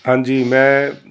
ਹਾਂਜੀ ਮੈਂ